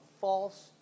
false